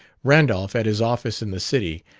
randolph at his office in the city,